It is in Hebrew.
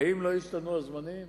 האם לא השתנו הזמנים?